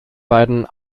beiden